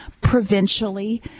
provincially